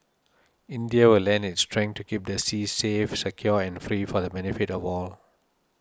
India will lend its strength to keep the seas safe secure and free for the benefit of all